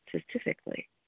specifically